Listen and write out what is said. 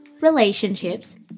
relationships